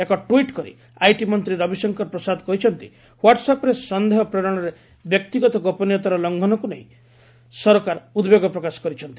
ଏକ ଟ୍ୱିଟ୍ କରି ଆଇଟି ମନ୍ତ୍ରୀ ରବିଶଙ୍କର ପ୍ରସାଦ କହିଛନ୍ତି ହ୍ୱାଟ୍ସ ଆପ୍ରେ ସନ୍ଦେଶ ପ୍ରେରଣରେ ବ୍ୟକ୍ତିଗତ ଗୋପନୀୟତାର ଲଙ୍ଘନକୁ ନେଇ ସରକାର ଉଦ୍ବେଗ ପ୍ରକାଶ କରିଛନ୍ତି